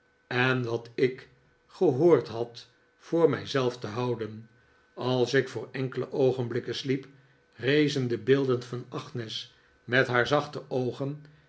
en wat ik gehoord had voor mij zelf te houden als ik voor enkele oogenblikken sliep rezen de beelden van agnes met haar zachte oogen